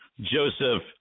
Joseph